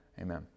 amen